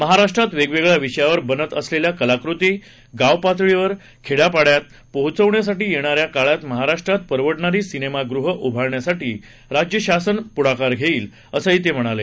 महाराष्ट्रात वेगवेगळया विषयावर बनत असलेल्या कलाकृती गावपातळीवर खेडयापाडयात पोहोचण्यासाठी येणाऱ्या काळात महाराष्ट्रात परवडणारी सिनेमागृहं उभारण्यासाठी राज्य शासन पुढाकार घेईल असं ते म्हणाले